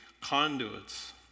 conduits